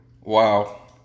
Wow